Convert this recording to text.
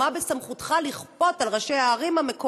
מה בסמכותך לכפות על ראשי הערים והמועצות